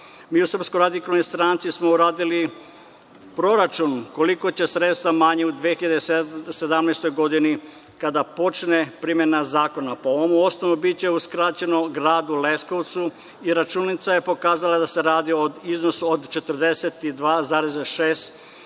Mi u SRS smo uradili proračun koliko će sredstava manje u 2017. godini, kada počne primena zakona po ovom osnovu, biti uskraćeno gradu Leskovcu i računica je pokazala da se radi o iznosu od 42,6